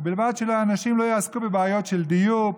ובלבד שאנשים לא יעסקו בבעיות של דיור,